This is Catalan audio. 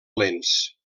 lents